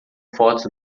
fotos